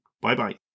Bye-bye